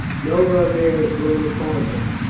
no rough air has blown upon them.